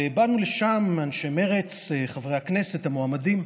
ובאנו לשם, אנשי מרצ, חברי הכנסת, המועמדים.